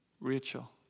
Rachel